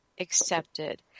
accepted